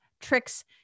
tricks